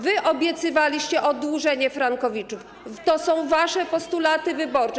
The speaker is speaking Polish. Wy obiecywaliście oddłużenie frankowiczów, to są wasze postulaty wyborcze.